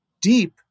deep